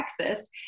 Texas